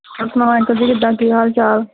ਹੋਰ ਸੁਣਾਓ ਅੰਕਲ ਜੀ ਕਿੱਦਾਂ ਕੀ ਹਾਲ ਚਾਲ